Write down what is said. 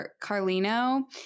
carlino